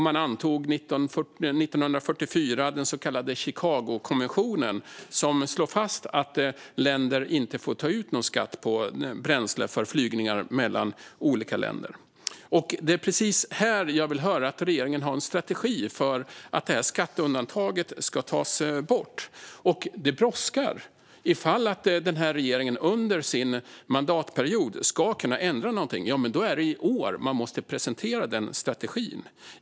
Man antog 1944 den så kallade Chicagokonventionen som slår fast att länder inte får ta ut någon skatt på bränsle för flygningar mellan olika länder. Det är precis här jag vill höra att regeringen har en strategi för att detta skatteundantag ska tas bort. Det brådskar! Om regeringen ska kunna ändra någonting under den här mandatperioden är det i år man måste presentera en strategi.